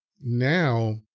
now